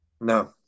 No